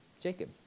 Jacob